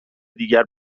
دیگر